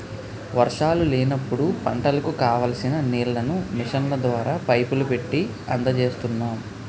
వర్షాలు లేనప్పుడు పంటలకు కావాల్సిన నీళ్ళను మిషన్ల ద్వారా, పైపులు పెట్టీ అందజేస్తున్నాం